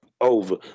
over